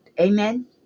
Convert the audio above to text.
amen